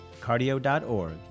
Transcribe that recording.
cardio.org